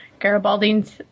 Garibaldi's